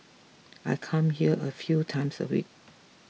I come here a few times a week